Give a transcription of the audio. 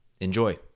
Enjoy